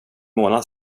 månad